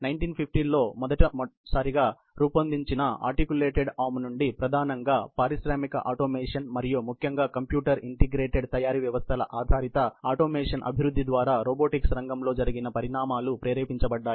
1950 లో మొట్టమొదటిసారిగా రూపొందించిన ఆర్టికులేటెడ్ ఆర్మ్ నుండి ప్రధానంగా పారిశ్రామిక ఆటోమేషన్ మరియు ముఖ్యంగా కంప్యూటర్ ఇంటిగ్రేటెడ్ తయారీ వ్యవస్థల ఆధారిత ఆటోమేషన్ అభివృద్ధి ద్వారా రోబోటిక్స్ రంగంలో జరిగిన పరిణామాలు ప్రేరేపించబడ్డాయి